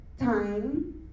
time